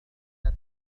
ستة